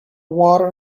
water